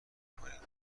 کنید